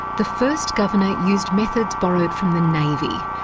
the first governor used methods borrowed from the navy,